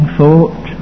thought